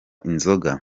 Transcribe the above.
inzoga